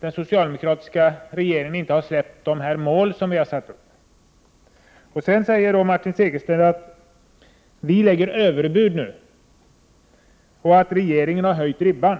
den socialdemokratiska regeringen inte har släppt det mål som vi satt upp. Martin Segerstedt sade också att vi i oppositionen kommer med överbud och att regeringen har höjt ribban.